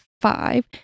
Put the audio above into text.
five